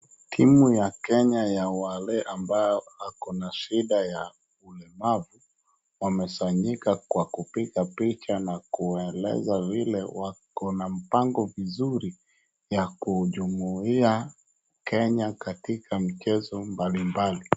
Timu ya Kenya ya wale ambao wakona shida ya ulemavu wamesanyika kwa kupiga picha na kueleza vile wakona mpango mzuri wa kujumuia Kenya katika mchezo mbalimbali.